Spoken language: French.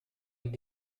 avec